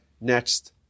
next